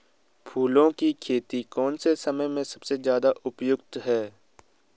फूलों की खेती कौन से समय में सबसे ज़्यादा उपयुक्त है?